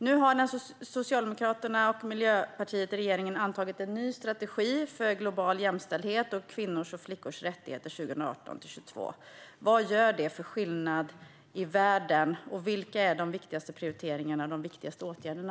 Nu har Socialdemokraterna och Miljöpartiet i regeringen antagit en ny strategi för global jämställdhet och kvinnors och flickors rättigheter 2018-2022. Vad gör det för skillnad i världen? Vilka är de viktigaste prioriteringarna och de viktigaste åtgärderna?